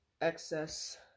excess